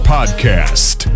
Podcast